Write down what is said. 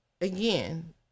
again